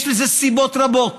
יש לזה סיבות רבות,